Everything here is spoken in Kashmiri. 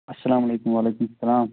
السلام علیکُم وعلیکُم السلام